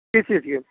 हाँ किस चीज के